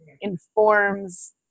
informs